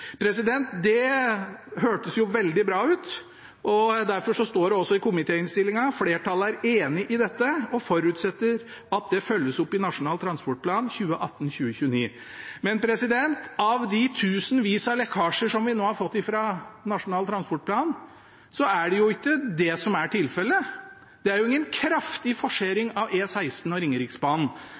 Det hørtes jo veldig bra ut, og derfor står det i komitéinnstillingen at flertallet er enig i dette og forutsetter at det følges opp i Nasjonal transportplan 2018–2029. Men av de dusinvis av lekkasjer som vi nå har fått fra Nasjonal transportplan, er det jo ikke det som tilfellet. Det er ingen kraftig forsering av E16 og Ringeriksbanen.